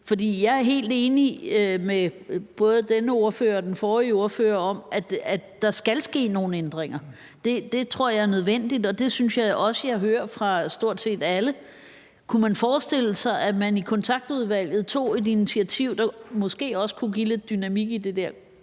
jeg er helt enig med både denne ordfører og den forrige ordfører i, at der skal ske nogle ændringer. Det tror jeg er nødvendigt, og det synes jeg også jeg hører fra stort set alle. Kunne man forestille sig, at man i Kontaktudvalget tog et initiativ, der måske også kunne give lidt dynamik i det der